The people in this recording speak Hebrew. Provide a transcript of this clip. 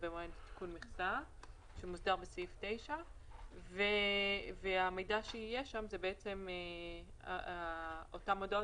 במועד עדכון מכסה שמוסדר בסעיף 9. המידע שיהיה שם זה אותן הודעות